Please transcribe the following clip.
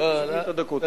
אתה תוסיף את הדקות האלה.